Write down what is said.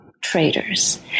traders